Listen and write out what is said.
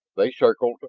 they circled,